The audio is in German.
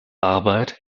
arbeit